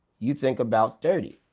you think about dirty.